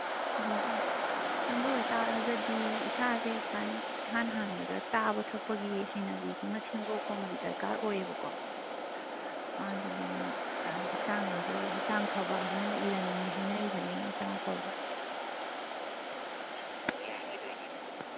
ꯑꯣ ꯑꯗꯨ ꯑꯣꯏꯕ ꯇꯥꯔꯒꯗꯤ ꯏꯁꯥꯁꯦ ꯈ꯭ꯋꯥꯏ ꯏꯍꯥꯟ ꯍꯥꯟꯕꯗ ꯆꯥꯕ ꯊꯛꯄꯒꯤ ꯍꯩꯅꯕꯤꯁꯤꯃ ꯁꯦꯝꯗꯣꯛꯄ ꯑꯃꯗꯤ ꯗꯔꯀꯥꯔ ꯑꯣꯏꯌꯦꯕꯀꯣ ꯍꯥꯏꯕꯗꯤ ꯍꯛꯆꯥꯡ ꯑꯁꯦ ꯍꯛꯆꯥꯡ ꯐꯕ ꯍꯥꯏꯕꯁꯤꯅ ꯏꯔꯟꯅꯤ ꯍꯥꯏꯅꯔꯤꯕꯅꯤ ꯍꯛꯆꯥꯡ ꯐꯕꯁꯦ